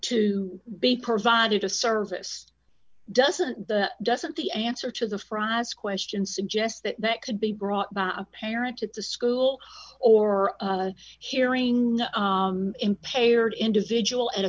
to be provided a service doesn't the doesn't the answer to the fries question suggest that that could be brought by a parent at the school or hearing impaired individual at a